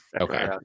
Okay